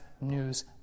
news